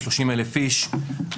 30,000 איש,